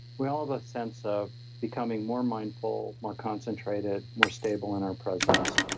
we all have a sense of becoming more mindful, more concentrated, more stable in our presence.